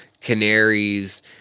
canaries